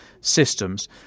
systems